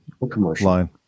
line